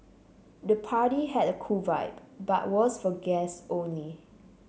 the party had a cool vibe but was for guests only